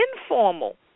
informal